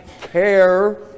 care